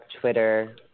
Twitter